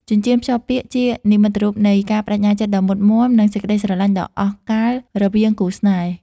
ចិញ្ចៀនភ្ជាប់ពាក្យជានិមិត្តរូបនៃការប្ដេជ្ញាចិត្តដ៏មុតមាំ និងសេចក្ដីស្រឡាញ់ដ៏អស់កល្បរវាងគូស្នេហ៍។